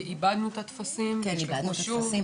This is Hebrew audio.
לפעמים הם מאבדים את הטפסים ומבקשים שנשלח שוב.